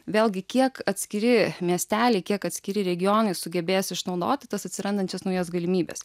vėlgi kiek atskiri miesteliai kiek atskiri regionai sugebės išnaudoti tas atsirandančias naujas galimybes